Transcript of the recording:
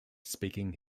speaking